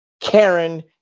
Karen